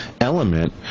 element